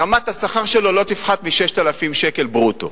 רמת השכר שלו לא תפחת מ-6,000 שקל ברוטו,